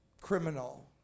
criminal